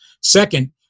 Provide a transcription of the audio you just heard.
Second